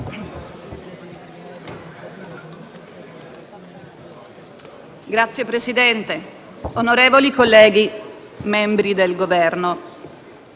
Signor Presidente, onorevoli colleghi, membri del Governo,